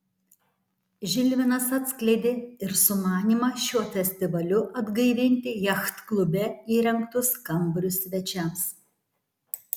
žilvinas atskleidė ir sumanymą šiuo festivaliu atgaivinti jachtklube įrengtus kambarius svečiams